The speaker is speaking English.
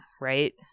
right